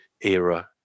era